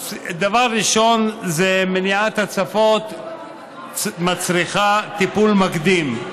דבר ראשון, מניעת הצפות מצריכה טיפול מקדים.